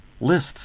lists